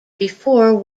before